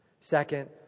Second